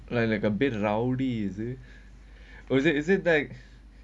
like like a bit rowdy is it or is it like